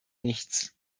nichts